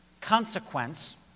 consequence